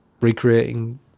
recreating